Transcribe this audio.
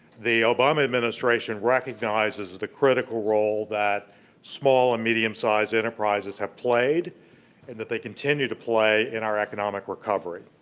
the obama administration recognizes the critical role that small and medium-sized enterprises have played and that they continue to play in our economic recovery.